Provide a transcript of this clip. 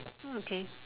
hmm okay